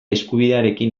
eskubidearekin